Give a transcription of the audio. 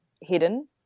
hidden